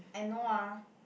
I know ah